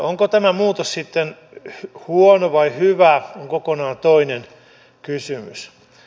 onko tämä muutos sitten huono vai hyvä on kokonaan toinen kysymys